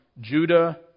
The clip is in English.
Judah